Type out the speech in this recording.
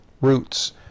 roots